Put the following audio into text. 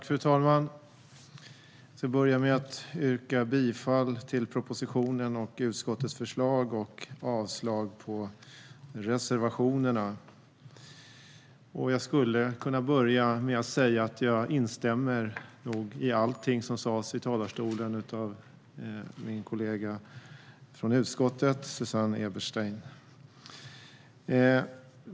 Fru talman! Jag yrkar bifall till propositionen och utskottets förslag samt avslag på reservationerna. Jag instämmer i allt som sas i talarstolen av min kollega från utskottet Susanne Eberstein.